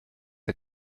the